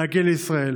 להגיע לישראל.